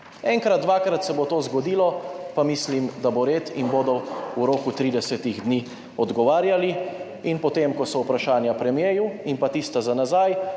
Enkrat, dvakrat se bo to zgodilo pa mislim, da bo red in bodo v roku 30 dni odgovarjali. In potem, ko so vprašanja premierju in pa tista za nazaj,